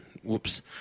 whoops